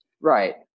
right